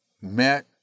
met